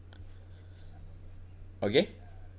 okay